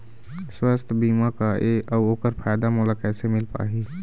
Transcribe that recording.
सुवास्थ बीमा का ए अउ ओकर फायदा मोला कैसे मिल पाही?